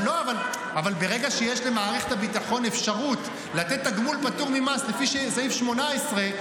אבל ברגע שיש למערכת הביטחון אפשרות לתת תגמול פטור ממס לפי סעיף 18,